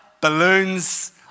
Balloons